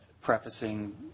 prefacing